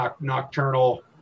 nocturnal